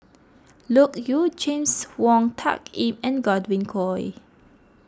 Loke Yew James Wong Tuck Yim and Godwin Koay